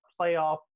playoff